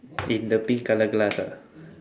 in the pink colour glass ah